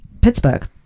Pittsburgh